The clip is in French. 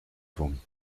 fourmies